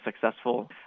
successful